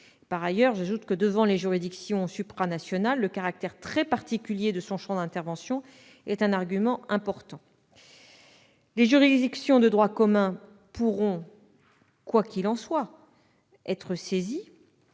Par ailleurs, j'ajoute que, devant les juridictions supranationales, le caractère très particulier de son champ d'intervention est un argument important. Les juridictions de droit commun pourront, quoi qu'il en soit, être saisies